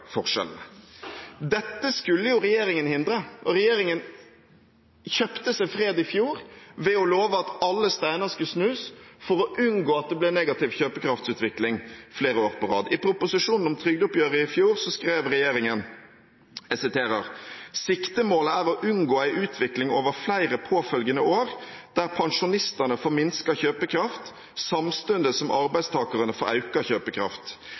forskjellene. Dette skulle jo regjeringen hindre. Regjeringen kjøpte seg fred i fjor ved å love at alle steiner skulle snus for å unngå at det ble negativ kjøpekraftsutvikling flere år på rad. I proposisjonen om trygdeoppgjøret i fjor skrev regjeringen: «Siktemålet er å unngå ei utvikling over fleire påfølgande år der pensjonistane får minska kjøpekraft, samstundes som arbeidstakarane får auka kjøpekraft.